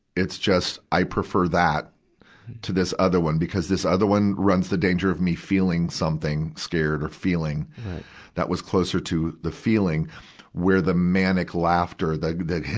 it's just, i prefer that to this other one, because this other one runs the danger of me feeling something scared or feeling that was closer to the feeling where the manic laughter, the, the,